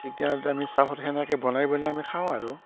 ঠিক তেনেদৰে আমি চাহত সেনেকৈ বনাই বনাই আমি খাওঁ আৰু